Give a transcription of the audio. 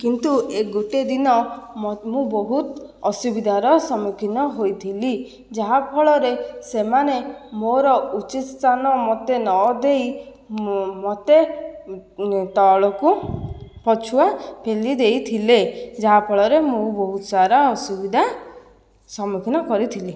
କିନ୍ତୁ ଏ ଗୋଟେ ଦିନ ମୁଁ ବହୁତ ଅସୁବିଧାର ସମ୍ମୁଖୀନ ହୋଇଥିଲି ଯାହା ଫଳରେ ସେମାନେ ମୋ'ର ଉଚିତ ସ୍ଥାନ ମୋତେ ନ ଦେଇ ମୋତେ ତଳକୁ ପଛୁଆ ପେଲି ଦେଇଥିଲେ ଯାହା ଫଳରେ ମୁଁ ବହୁତ ସାରା ଅସୁବିଧା ସମ୍ମୁଖୀନ କରିଥିଲି